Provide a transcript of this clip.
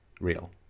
real